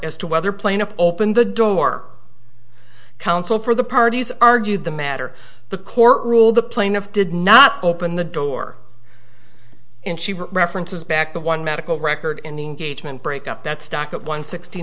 as to whether plaintiff open the door counsel for the parties argued the matter the court ruled the plaintiff did not open the door and she references back the one medical record in the gauge and break up that stock at one sixty